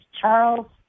Charles